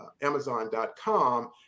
amazon.com